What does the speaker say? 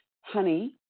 Honey